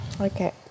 Okay